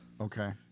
Okay